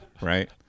Right